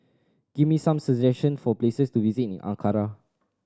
give me some suggestion for places to visit in Ankara